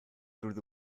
through